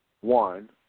One